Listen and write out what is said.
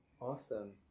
Awesome